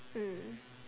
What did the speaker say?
mm